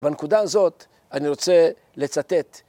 בנקודה הזאת אני רוצה לצטט.